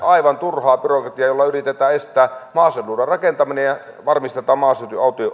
aivan turhaa byrokratiaa jolla yritetään estää maaseudulla rakentaminen ja varmistetaan maaseudun